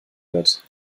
wird